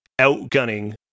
outgunning